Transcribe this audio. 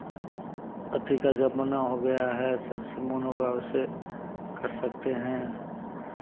अथि का जमाना हो गया है जैसे जैसे मन होगा वैसे कर सकते हैं